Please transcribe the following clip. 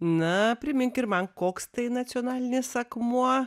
na primink ir man koks tai nacionalinis akmuo